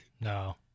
No